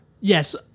Yes